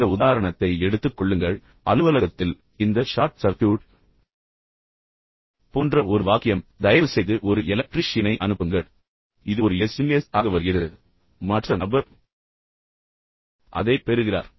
இந்த உதாரணத்தை எடுத்துக் கொள்ளுங்கள் அலுவலகத்தில் இந்த ஷார்ட் சர்க்யூட் போன்ற ஒரு வாக்கியம் தயவுசெய்து ஒரு எலக்ட்ரீஷியனை அனுப்புங்கள் எனவே இது ஒரு எஸ்எம்எஸ் ஆக வருகிறது பின்னர் மற்ற நபர் அதைப் பெறுகிறார்